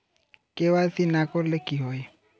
KYC না করলে কি হয়?